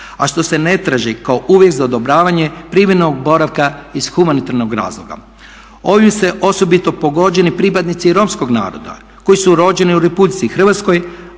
a što se ne traži kao uvjet za odobravanje privremenog boravka iz humanitarnog razloga. Ovim su osobito pogođeni pripadnici romskog naroda, koji su rođeni u RH,